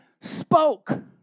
spoke